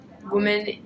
woman